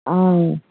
ஆ